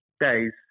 days